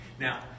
Now